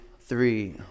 three